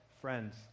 friends